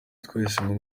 twahisemo